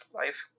life